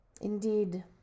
Indeed